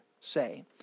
say